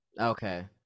Okay